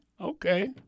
Okay